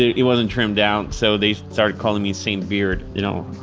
it wasn't trimmed down, so they started calling me saint beard. you know,